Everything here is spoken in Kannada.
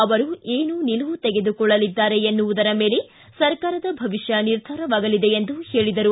ಅವರು ಏನು ನಿಲುವು ತೆಗೆದುಕೊಳ್ಳಲಿದ್ದಾರೆ ಎನ್ನುವುದರ ಮೇಲೆ ಸರ್ಕರದ ಭವಿಷ್ಯ ನಿರ್ಧಾರವಾಗಲಿದೆ ಎಂದು ಹೇಳಿದರು